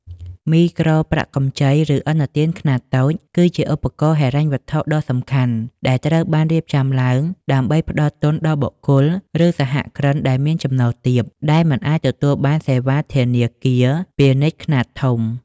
មីក្រូប្រាក់កម្ចី ឬឥណទានខ្នាតតូច គឺជាឧបករណ៍ហិរញ្ញវត្ថុដ៏សំខាន់ដែលត្រូវបានរៀបចំឡើងដើម្បីផ្ដល់ទុនដល់បុគ្គល ឬសហគ្រិនដែលមានចំណូលទាប ដែលមិនអាចទទួលបានសេវាធនាគារពាណិជ្ជខ្នាតធំ។